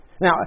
Now